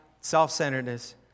self-centeredness